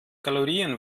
kalorien